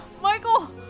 Michael